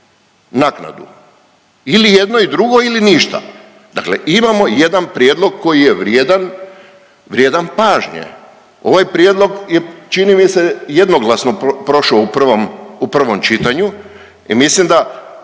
naknadu? Ili jedno i drugo ili ništa, dakle imamo jedan prijedlog koji je vrijedan pažnje. Ovaj prijedlog je čini mi se jednoglasno prošao u prvom čitanju i mislim da